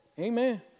Amen